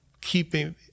keeping